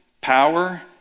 power